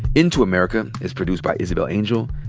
into america is produced by isabel angel,